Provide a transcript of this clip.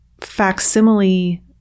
facsimile